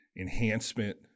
Enhancement